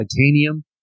titanium